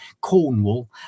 cornwall